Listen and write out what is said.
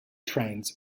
trains